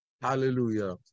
hallelujah